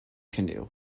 canoe